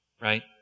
right